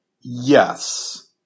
Yes